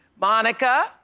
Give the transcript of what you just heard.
Monica